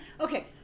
Okay